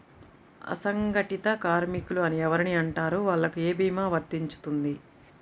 అసంగటిత కార్మికులు అని ఎవరిని అంటారు? వాళ్లకు ఏ భీమా వర్తించుతుంది?